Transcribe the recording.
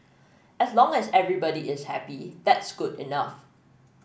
as long as everybody is happy that's good enough